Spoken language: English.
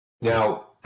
Now